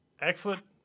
Excellent